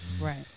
Right